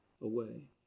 away